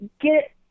get